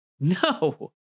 no